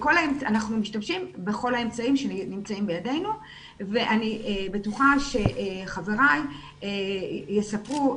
משתמשים בכל האמצעים שנמצאים בידנו ואני בטוחה שחבריי יספרו.